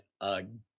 again